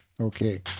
Okay